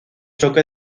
choque